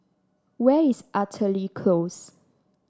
where is Artillery Close